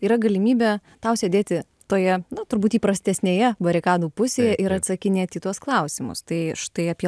yra galimybė tau sėdėti toje na turbūt įprastesnėje barikadų pusėje ir atsakinėti į tuos klausimus tai štai apie